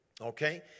okay